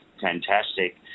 fantastic